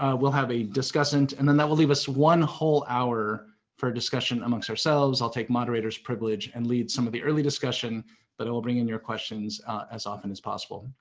we'll have a discussant. and then, that will leave us one whole hour for discussion amongst ourselves. i'll take moderator's privilege and lead some of the early discussion but i will bring in your questions as often as possible.